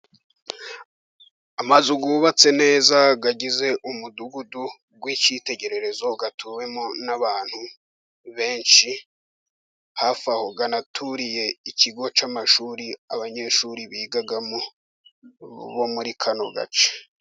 Amazu yubatse neza, agize umudugudu w'icyitegererezo, atuwemo n'abantu benshi, hafi aho anaturiye ikigo cy'amashuri, abanyeshuri bigamo bo muri kano gace.